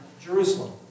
Jerusalem